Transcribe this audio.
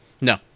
No